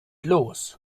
los